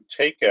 takeout